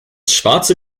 schwarze